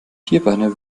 vierbeiner